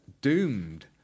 Doomed